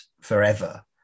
forever